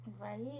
Right